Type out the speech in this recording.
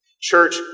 Church